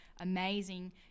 amazing